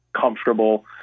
comfortable